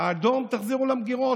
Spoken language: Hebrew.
את האדום תחזירו למגירות,